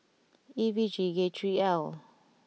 E V G K three L